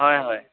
হয় হয়